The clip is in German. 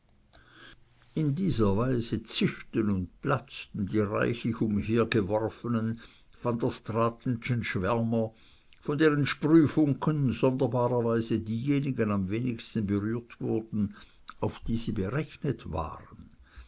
in dieser weise zischten und platzten die reichlich umhergeworfenen van der straatenschen schwärmer von deren sprühfunken sonderbarerweise diejenigen am wenigsten berührt wurden auf die sie berechnet waren